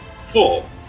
Four